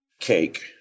cake